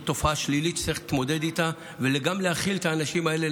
תופעה שלילית שצריך להתמודד איתה וגם להכיל את הנשים האלה,